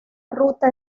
ruta